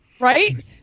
Right